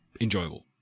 enjoyable